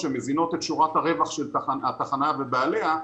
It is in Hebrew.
שמזינות את שורת הרווח של התחנה ובעליה,